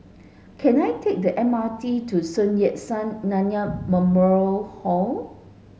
can I take the M R T to Sun Yat Sen Nanyang Memorial Hall